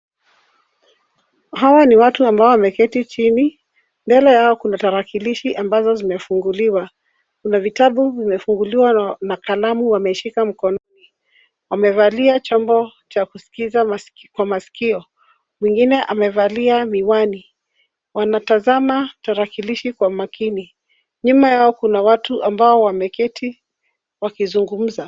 Hawa ni watu ambao wameketi chini. Mbele yao kuna tarakilishi ambazo zimefunguliwa. Kuna vitabu vimefunguliwa na kalamu wameshika mkononi. Wamevalia chombo cha kuskiza kwa masikio. Mwengine amevalia miwani. Wanatazama tarakilishi kwa makini. Nyuma yao kuna watu ambao wameketi wakizungumza.